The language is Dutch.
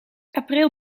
april